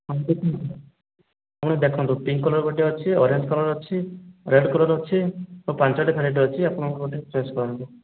ହଁ ଦେଖନ୍ତୁ ଆପଣ ଦେଖନ୍ତୁ ପିଙ୍କ କଲର ଗୋଟିଏ ଅଛି ଅରେଞ୍ଜ କଲର ଅଛି ରେଡ୍ କଲର ଅଛି ଆଉ ପାଞ୍ଚୋଟି ଭେରାଇଟିର ଅଛି ଆପଣ ଗୋଟିଏ ଚଏସ୍ କରନ୍ତୁ